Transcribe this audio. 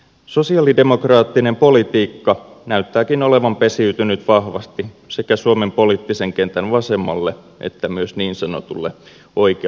sosiaalidemokraattinen politiikka näyttääkin olevan pesiytynyt vahvasti sekä suomen poliittisen kentän vasemmalle että myös niin sanotulle oikealle laidalle